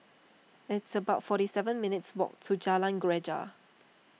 it's about forty seven minutes' walk to Jalan Greja